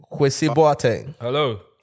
Hello